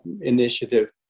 initiative